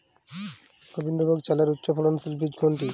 গোবিন্দভোগ চালের উচ্চফলনশীল বীজ কোনটি?